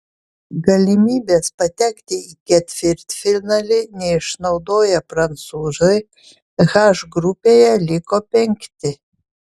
galimybės patekti į ketvirtfinalį neišnaudoję prancūzai h grupėje liko penkti